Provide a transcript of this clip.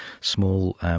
small